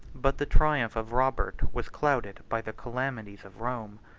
but the triumph of robert was clouded by the calamities of rome.